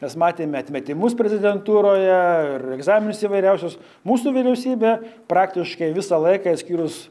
nes matėme atmetimus prezidentūroje ir egzaminus įvairiausius mūsų vyriausybė praktiškai visą laiką išskyrus